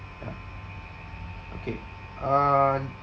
ya okay um